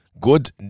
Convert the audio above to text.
good